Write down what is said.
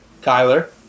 Kyler